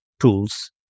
tools